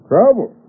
Trouble